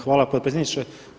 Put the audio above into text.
Hvala potpredsjedniče.